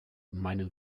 meinen